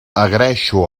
agraeixo